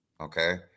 okay